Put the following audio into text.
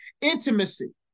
intimacy